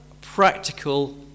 practical